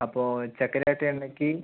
അപ്പോൾചക്കിലാട്ടിയ എണ്ണയ്ക്ക്